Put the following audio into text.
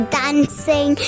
dancing